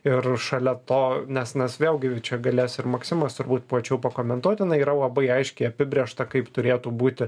ir šalia to nes nes vėlgi čia galės ir maksimas turbūt plačiau pakomentuoti tai yra labai aiškiai apibrėžta kaip turėtų būti